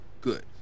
good